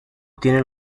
tienen